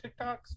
TikToks